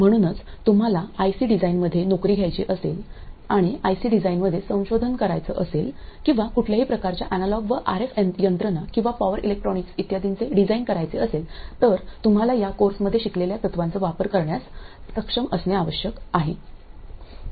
म्हणूनच तुम्हाला आयसी डिझाईनमध्ये नोकरी घ्यायची असेल आणि आयसी डिझाईनमध्ये संशोधन करायचं असेल किंवा कुठल्याही प्रकारच्या अॅनालॉग व आरएफ यंत्रणा किंवा पॉवर इलेक्ट्रॉनिक्स इत्यादींचे डिझाइन करायचे असेल तर तुम्हाला या कोर्समध्ये शिकलेल्या तत्त्वांचा वापर करण्यास सक्षम असणे आवश्यक आहे